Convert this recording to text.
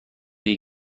این